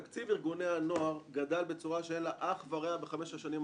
תקציב ארגוני הנוער גדל בצורה שאין לה אח ורע בחמש השנים האחרונות.